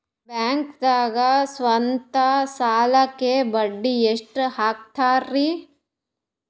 ಬ್ಯಾಂಕ್ದಾಗ ಸ್ವಂತ ಸಾಲಕ್ಕೆ ಬಡ್ಡಿ ಎಷ್ಟ್ ಹಕ್ತಾರಿ?